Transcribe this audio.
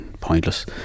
pointless